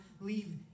leave